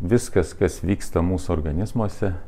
viskas kas vyksta mūsų organizmuose